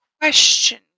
question